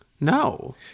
no